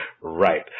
Right